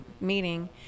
meeting